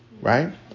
Right